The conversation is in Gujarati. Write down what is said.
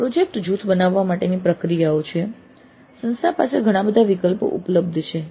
પ્રોજેક્ટ જૂથ બનાવવા માટેની પ્રક્રિયાઓ છે સંસ્થા પાસે ઘણા બધા વિકલ્પો ઉપલબ્ધ છે